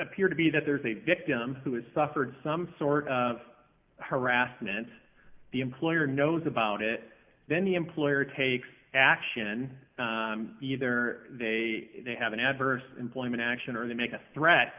appear to be that there is a victim who has suffered some sort of harassment the employer knows about it then the employer takes action either they have an adverse employment action or they make a threat